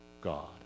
God